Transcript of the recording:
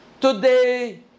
today